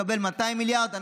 צריך לקבל 200 מיליארד.